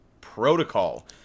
protocol